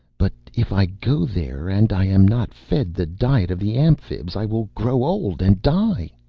but if i go there, and i am not fed the diet of the amphibs, i will grow old and die!